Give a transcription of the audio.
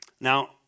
Now